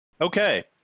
okay